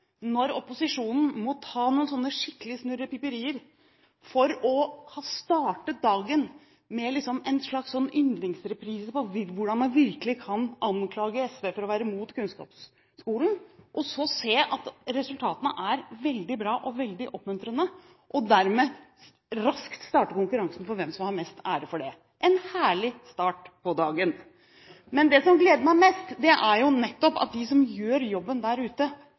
når opposisjonen må ta noen skikkelige snurrepiperier og starte dagen med en slags yndlingsreprise på hvordan man virkelig kan anklage SV for å være imot kunnskapsskolen, for så å se at resultatene er veldig bra, veldig oppmuntrende. Dermed må man raskt starte konkurransen om hvem som har mest ære for det – en herlig start på dagen. Det som gleder meg mest, er at de som gjør jobben der ute,